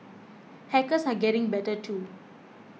hackers are getting better too